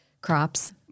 crops